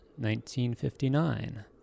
1959